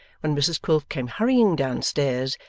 when mrs quilp came hurrying down stairs,